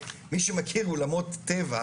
משום שאנחנו רואים ירידה חדה בתחלואה,